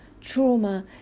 Trauma